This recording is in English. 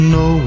no